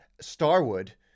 Starwood